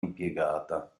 impiegata